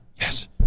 Yes